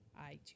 iTunes